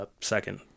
Second